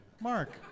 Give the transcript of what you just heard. Mark